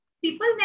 people